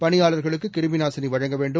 பணியாளர்களுக்கு கிருமிநாசினி வழங்க வேண்டும்